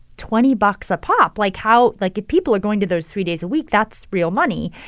twenty bucks a pop. like, how like, if people are going to those three days a week, that's real money.